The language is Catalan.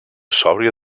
sòbria